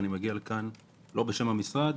אני מגיע לכאן לא בשם המשרד.